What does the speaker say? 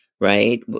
right